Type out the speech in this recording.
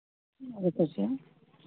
okay sir